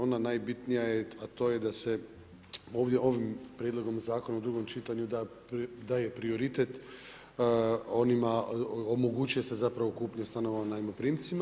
Ona najbitnija je, a to je da se ovim prijedlogom Zakona u drugom čitanju daje prioritet onima, omogućuje se zapravo kupnja stanova najmoprimcima.